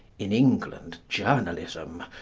in england, journalism,